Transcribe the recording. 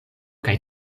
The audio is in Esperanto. kaj